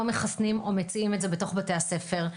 מחסנים או מציעים את זה בתוך בתי הספר.